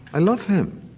i love him!